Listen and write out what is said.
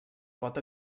pot